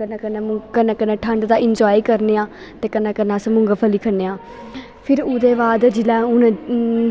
ते कन्नै कन्नै ठंड दा इंजाय करने आं ते कन्नै कन्नै अस मुंगफली खन्नेआं फिर उ'दे बाद जिह्लै उ'नें